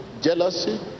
jealousy